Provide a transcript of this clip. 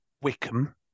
Wickham